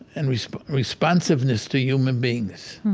and responsiveness to human beings.